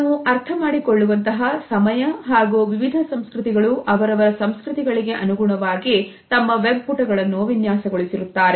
ನಾವು ಅರ್ಥಮಾಡಿಕೊಳ್ಳುವಂತಹ ಸಮಯ ಹಾಗೂ ವಿವಿಧ ಸಂಸ್ಕೃತಿಗಳು ಅವರವರ ಸಂಸ್ಕೃತಿಗಳಿಗೆ ಅನುಗುಣವಾಗಿ ತಮ್ಮ ವೆಬ್ ಪುಟಗಳನ್ನು ವಿನ್ಯಾಸಗೊಳಿಸುತ್ತಾರೆ